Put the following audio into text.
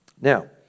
Now